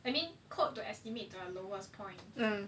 I mean code to estimate the lowest point